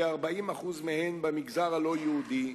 כ-40% מהן במגזר הלא-יהודי,